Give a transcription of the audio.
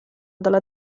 dalla